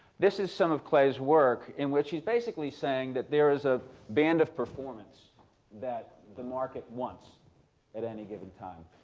this is some of clay's work in which he's basically saying that there is a band of performance that the market wants at any given time.